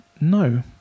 No